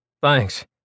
Thanks